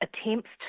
attempts